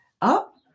up